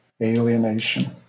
alienation